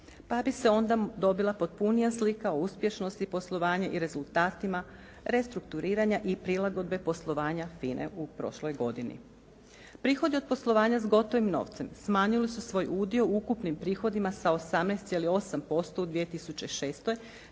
pa bi se onda dobila potpunija slika o uspješnosti poslovanja i rezultatima restrukturiranja i prilagodbe poslovanja FINA-e u prošloj godini. Prihodi od poslovanja s gotovim novcem smanjili su svoj udio u ukupnim prihodima sa 18,8% u 2006.